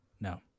No